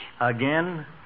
Again